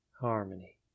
harmony